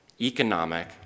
economic